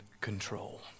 control